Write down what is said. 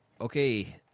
Okay